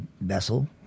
vessel